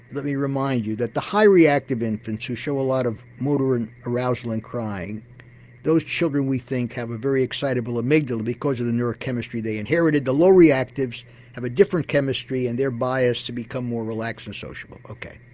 let me remind you that the high reactive infants who show a lot of motor and arousal and crying those children we think have a very excitable amygdala because of the neurochemistry they inherited. the low reactives have a different chemistry and they're biased to become more relaxed and sociable ok.